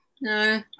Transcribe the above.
No